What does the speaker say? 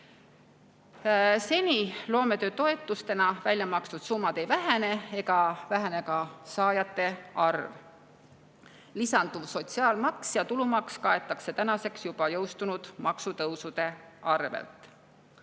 Seni loometöötoetusena välja makstud summad ei vähene ega vähene ka saajate arv. Lisanduv sotsiaalmaks ja tulumaks kaetakse juba jõustunud maksutõusude arvel.